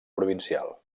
provincial